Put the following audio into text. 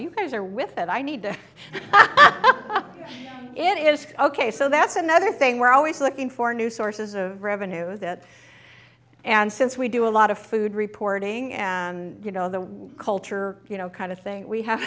you guys are with that i need it is ok so that's another thing we're always looking for new sources of revenue that and since we do a lot of food reporting and you know the culture you know kind of thing we have